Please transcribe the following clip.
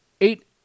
eight